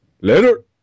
Later